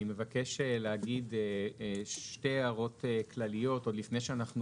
אני מבקש להגיד שתי הערות כלליות עוד לפני שאנחנו